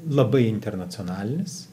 labai internacionalinis